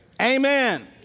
Amen